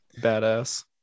Badass